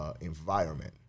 environment